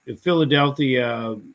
Philadelphia